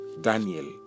Daniel